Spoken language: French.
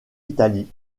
italie